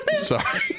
Sorry